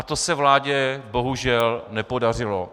To se vládě bohužel nepodařilo.